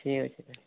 ଠିକ୍ ଅଛି ତାହେଲେ